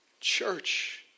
Church